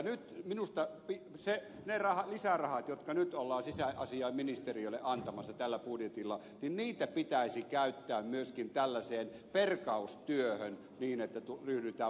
nyt minusta niitä lisärahoja jotka tässä budjetissa ollaan sisäasiainministeriölle antamassa pitäisi käyttää myöskin tällaiseen perkaustyöhön niin että ryhdytään vastatoimiin niin kuin ed